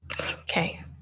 Okay